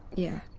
yeah.